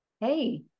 hey